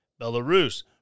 Belarus